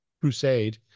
crusade